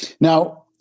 Now